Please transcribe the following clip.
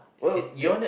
well can